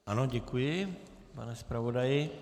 Ano, děkuji, pane zpravodaji.